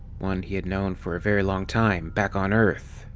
one he had known for a very long time, back on earth,